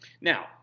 Now